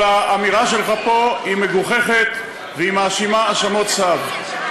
אבל האמירה שלך פה היא מגוחכת והיא מאשימה האשמות שווא.